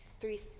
three